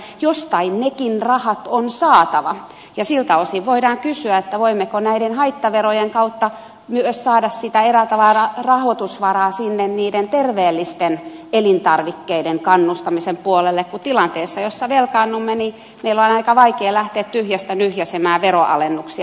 mutta jostain nekin rahat on saatava ja siltä osin voidaan kysyä voimmeko näiden haittaverojen kautta myös saada eräällä tavalla rahoitusvaraa niiden terveellisten elintarvikkeiden kannustamisen puolelle kun tilanteessa jossa velkaannumme meidän on aika vaikea lähteä tyhjästä nyhjäisemään veronalennuksia